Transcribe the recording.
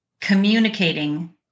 communicating